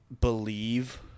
believe